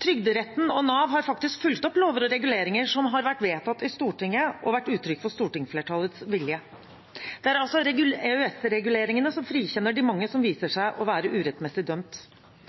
Trygderetten og Nav har faktisk fulgt opp lover og reguleringer som har vært vedtatt i Stortinget, og som har vært uttrykk for stortingsflertallets vilje. Det er altså EØS-reguleringene som frikjenner de mange som viser seg å være urettmessig dømt.